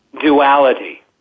duality